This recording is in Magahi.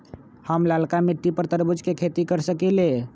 हम लालका मिट्टी पर तरबूज के खेती कर सकीले?